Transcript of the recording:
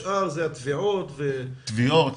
השאר זה טביעות --- השאר זה טביעות,